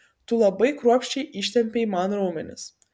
tu labai kruopščiai ištempei man raumenis